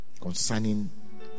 concerning